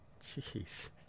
Jeez